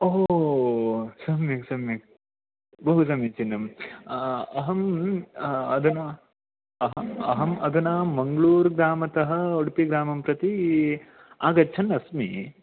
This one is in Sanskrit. ओहो सम्यक् सम्यक् बहु समीचीनम् अहम् अधुना अहम् अधना मङ्गलूरुग्रामतः उडुपिग्रामं प्रति आगच्छन् अस्मि